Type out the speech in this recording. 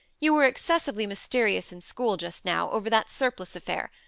you were excessively mysterious in school, just now, over that surplice affair.